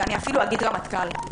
ואפילו אגיד רמטכ"ל.